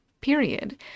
period